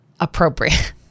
appropriate